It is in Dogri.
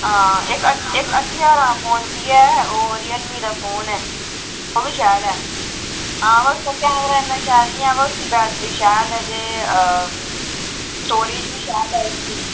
हां इक अट्ठ ज्हारें दा फोन बी ऐ ओह् रियलमी दा फोन ऐ ओह् बी शैल ऐ हां बस कैमरा इन्ना शैल नेईं ऐ पर उसदी बैटरी शैल ऐ ते हां स्टोरेज बी शैल ऐ उसदी